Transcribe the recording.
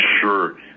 sure